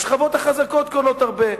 השכבות החזקות קונות הרבה.